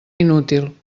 inútil